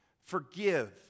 forgive